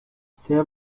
sehr